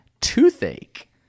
Toothache